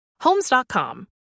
Homes.com